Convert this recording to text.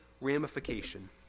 ramification